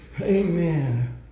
Amen